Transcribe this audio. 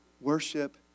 Worship